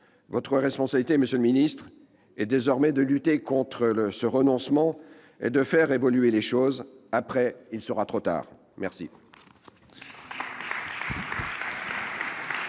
Votre responsabilité, monsieur le ministre, est désormais de lutter contre ce renoncement et de faire évoluer les choses. Après, il sera trop tard !